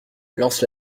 lance